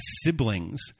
siblings